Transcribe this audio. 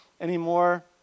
anymore